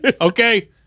okay